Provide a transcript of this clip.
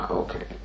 okay